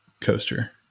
coaster